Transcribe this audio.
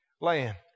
land